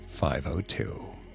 502